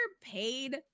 paid